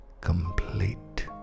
complete